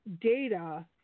data